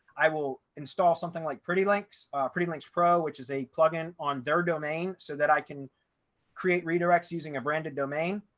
i will install something like pretty links pretty links pro, which is a plugin on their domain so that i can create redirects using a branded domain.